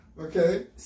okay